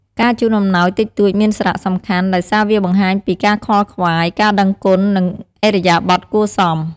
ការជូនអំំណោយតិចតួចមានសារៈសំខាន់ ដោយសារវាបង្ហាញពី ការខ្វល់ខ្វាយ ការដឹងគុណ និង ឥរិយាបថគួរសម។